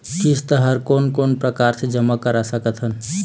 किस्त हर कोन कोन प्रकार से जमा करा सकत हन?